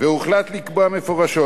והוחלט לקבוע מפורשות,